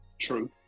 True